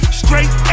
straight